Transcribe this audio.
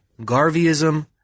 Garveyism